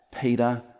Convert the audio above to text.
Peter